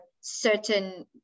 certain